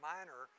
Minor